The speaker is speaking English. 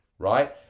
right